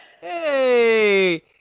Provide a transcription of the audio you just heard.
Hey